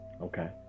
Okay